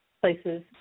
places